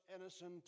innocent